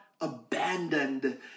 abandoned